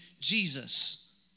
Jesus